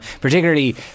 Particularly